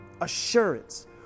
assurance